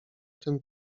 tym